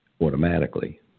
automatically